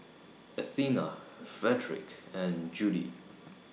Athena Fredric and Judie